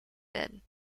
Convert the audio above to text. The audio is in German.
werden